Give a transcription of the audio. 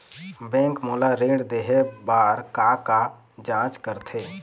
Bank मोला ऋण देहे बार का का जांच करथे?